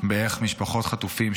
באיך משפחות חטופים,